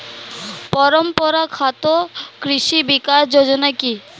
পরম্পরা ঘাত কৃষি বিকাশ যোজনা কি?